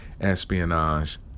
espionage